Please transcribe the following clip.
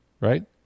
Right